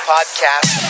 Podcast